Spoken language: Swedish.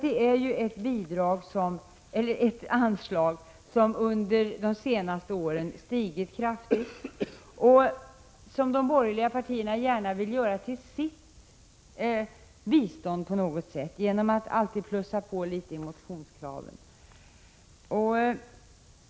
Det är ett anslag som har ökat kraftigt under de senaste åren och som de borgerliga partierna på något sätt vill göra till sitt bistånd, genom att alltid plussa på litet i motionskraven.